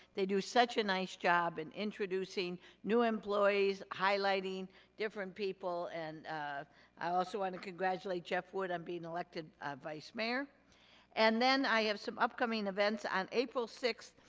they do such a nice job in introducing new employees, highlighting different people. and i also wanna congratulate jeff wood on being elected ah vice-mayor. and then i have some upcoming events. on april sixth,